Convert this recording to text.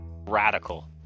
Radical